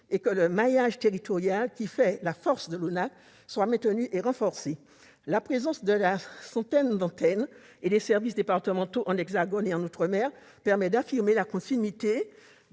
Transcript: ce que le maillage territorial, qui fait la force de l'Office, soit maintenu et renforcé. La présence de la centaine d'antennes et de services départementaux dans l'Hexagone et en outre-mer permet d'affirmer la continuité